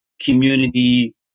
community